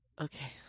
okay